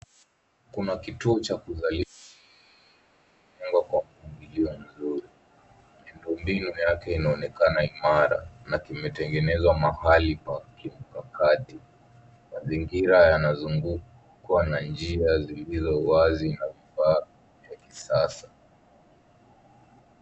Kuna kituo cha kuzali na kufungulio vizuri. Miundombinu yake inaonekana imara na kimetengenezwa mahali pa kimkakati. Mazingira yanazungukwa na njia zilizo wazi na vifaa vya kisasa.